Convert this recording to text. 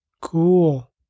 Cool